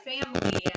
family